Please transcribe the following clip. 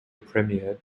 premier